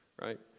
right